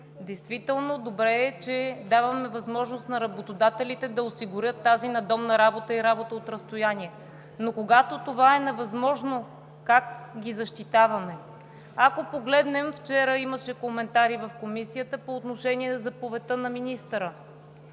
Действително е добре, че даваме възможност на работодателите да осигурят тази надомна работа и работа от разстояние, но когато това е невъзможно, как ги защитаваме? Ако погледнем вчера, имаше коментари в Комисията по отношение на заповедта на министъра,